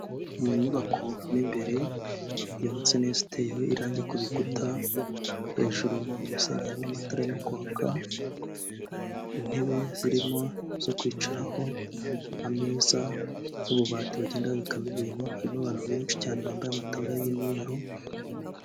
Mu nyubako mo imbere, yubatse neza iteyeho irangi ku bikuta, hejuru mu gisenge harimo n'amatara arimo kwaka, intebe zirimo zo kwicaraho, ameza, ububabati bagenda babikamo ibintu, harimo abantu benshi cyane bambaye amataburiya y'imyeru...